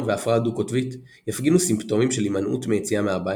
והפרעה דו־קוטבית יפגינו סימפטומים של הימנעות מיציאה מהבית,